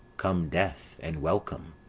come, death, and welcome!